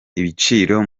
ibiciro